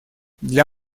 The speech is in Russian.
для